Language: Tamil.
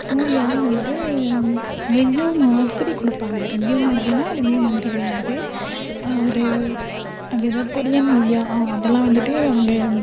மூவியெல்லாம் வந்துட்டு ரிவ்யூ மாதிரி கொடுப்பாங்க ரிவ்யூ மாதிரினா ரிவ்யூ மாதிரி கிடையாது ஒரு அது எது கொரியன் மூவியாக அதெல்லாம் வந்துட்டு அவங்க